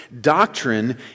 doctrine